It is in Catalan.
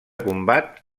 combat